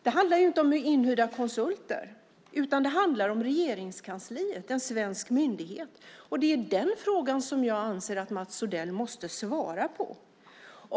Det handlar inte om inhyrda konsulter, utan det handlar om Regeringskansliet, en svensk myndighet. Det är där som jag anser att Mats Odell måste ge ett svar.